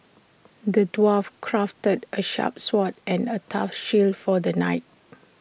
the dwarf crafted A sharp sword and A tough shield for the knight